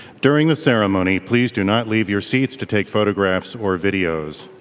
during the ceremony, please do not leave your seats to take photographs or videos.